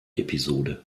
episode